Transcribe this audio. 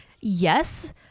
yes